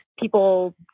People